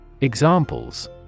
Examples